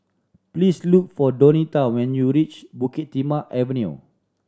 please look for Donita when you reach Bukit Timah Avenue